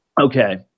okay